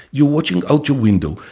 you're watching out your window,